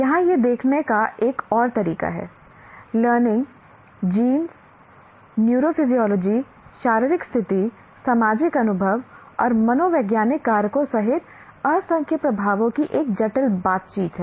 यहाँ यह देखने का एक और तरीका है लर्निंग जीन न्यूरोफिज़ियोलॉजी शारीरिक स्थिति सामाजिक अनुभव और मनोवैज्ञानिक कारकों सहित असंख्य प्रभावों की एक जटिल बातचीत है